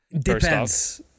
Depends